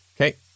Okay